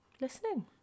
listening